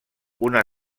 una